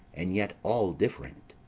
and yet all different.